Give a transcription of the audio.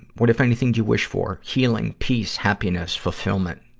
what, if anything, do you wish for? healing, peace, happiness, fulfillment.